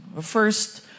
First